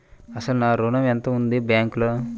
అసలు నా ఋణం ఎంతవుంది బ్యాంక్లో?